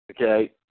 Okay